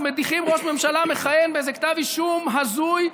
מדיחים ראש ממשלה מכהן באיזה כתב אישום הזוי,